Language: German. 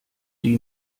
die